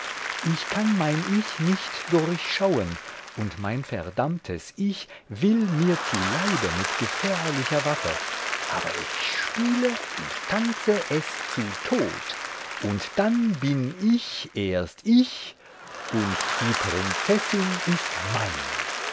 ich kann mein ich nicht durchschauen und mein verdammtes ich will mir zu leibe mit gefährlicher waffe aber ich spiele und tanze es zu tod und dann bin ich erst ich und die prinzessin ist mein